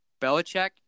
Belichick